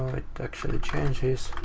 it actually changes.